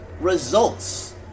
Results